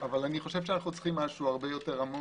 אבל אנו צריכים משהו הרבה יותר עמוק.